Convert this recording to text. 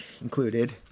included